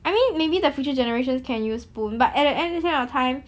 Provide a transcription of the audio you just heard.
I mean maybe the future generations can use spoon but at the end this kind of time